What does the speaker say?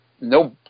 No